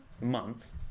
month